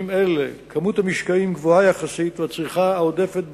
אלו כמות המשקעים גבוהה יחסית והצריכה העודפת בציבור,